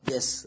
Yes